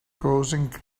causing